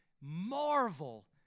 Marvel